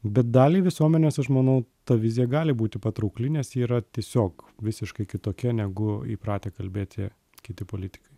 bet daliai visuomenės aš manau ta vizija gali būti patraukli nes ji yra tiesiog visiškai kitokia negu įpratę kalbėti kiti politikai